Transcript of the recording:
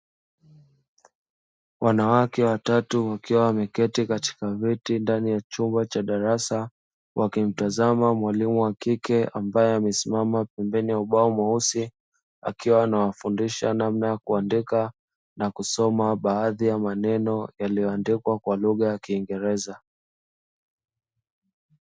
Wanawake watatu wakiwa wameketi katika viti ndani ya chumba cha darasa wakimtazama mwalimu wa kike ambaye amesimama pembeni ya ubao mweusi, akiwa nawafundisha namna ya kuandika na kusoma baadhi ya maneno yaliyoandikwa kwa lugha ya kiingereza.